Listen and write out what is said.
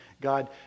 God